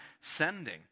sending